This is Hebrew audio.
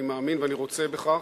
אני מאמין ואני רוצה בכך.